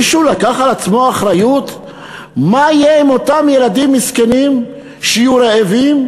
מישהו לקח על עצמו אחריות מה יהיה עם אותם ילדים מסכנים שיהיו רעבים?